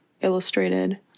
illustrated